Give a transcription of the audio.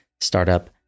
startup